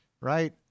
right